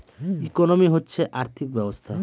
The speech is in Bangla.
ইকোনমি হচ্ছে আর্থিক ব্যবস্থা